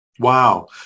Wow